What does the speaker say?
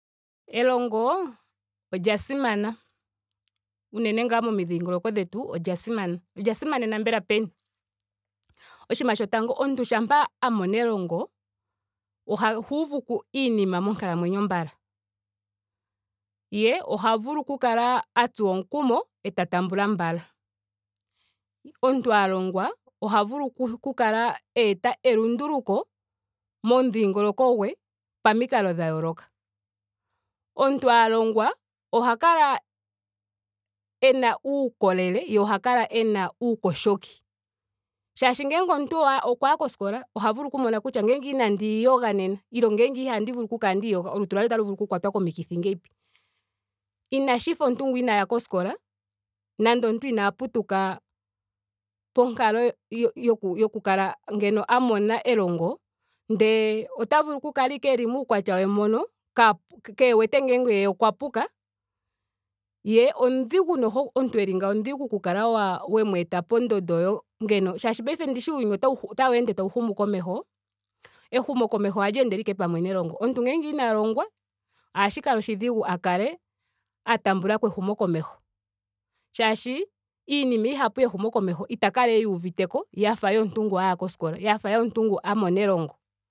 Elongo olya simana. unene ngaa momidhingoloko dhetu olya simana. olya simanena mbela peni? Oshinima shotango omuntu shampa a mona elongo ohaa uvuko iinima monkalamwenyo mbala. ye oha vulu okutsuwa omukumo eta tambula mbala. Omuntu a longwa oha vulu oku kala eeta elunduluko momudhingokolo gwe pamikalo dha yooloka. Omuntu a longwa oha kala ena uukolele ye oha kala ena uuyogoki. Shaashi ngele omuntu okwa ya koskola oha vulu oku mona kutya ngele inadi iyoga nena nenge ngele eihandi vulu oku kala ndiiyoga. olutu lwandje otalu vulu oku kwatwa komikithi ngiini. Inashi fa omuntu ngu inaaya koskola nando omuntu inaa putuka ponkalo yo- yo yoku kala ngeno a mona elongo ndele ota vulu oku kala ashike eli muukwatya we mbono kaa- kee wete ngele okwa puka. ye omudhigu noho. omuntu eli ngawo omudhigu oku kala wa- wemweeta pondondo ndjo ngeno. ndishi paife uuyuni otawu ende tawu humu komeho. ehumokomeho ohali endele pamwe nelongo. omuntu ngele ina longwa ohashi kala oshidhigu a kale a tambulako ehumokomeho. shaashi iinima oyindji yehumokomeho ita kala eyi uvite afa omuntu a ya koskola. afa omuntu ngu a mona elongo